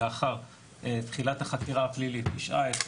לאחר תחילת החקירה הפלילית הישעה את